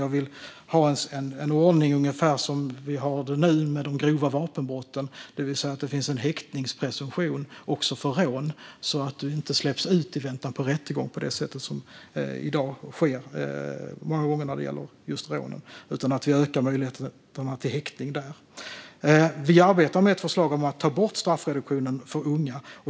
Jag vill ha en ordning ungefär som nu med grova vapenbrott, det vill säga att det finns en häktningspresumtion också för rån så att du inte släpps ut i väntan på rättegång - som i dag många gånger sker i fråga om rån. Vi ökar möjligheterna till häktning där. Vi arbetar med ett förslag om att ta bort straffreduktionen för unga.